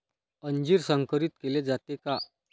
अंजीर संकरित केले जाते का?